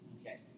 Okay